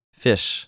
fish